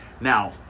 Now